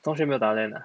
中学没有打 LAN ah